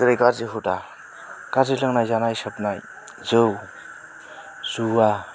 जेरै गाज्रि हुदा हुदा गाज्रि लोंनाय जानाय सोबनाय जौ जुवा